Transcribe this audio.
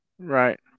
Right